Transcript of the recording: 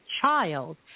child